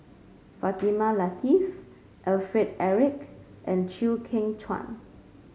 Fatimah Lateef Alfred Eric and Chew Kheng Chuan